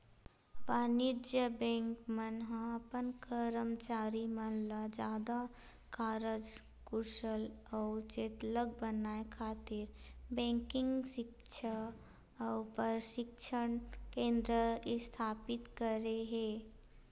वाणिज्य बेंक मन ह अपन करमचारी मन ल जादा कारज कुसल अउ चेतलग बनाए खातिर बेंकिग सिक्छा अउ परसिक्छन केंद्र इस्थापित करे हे